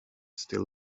still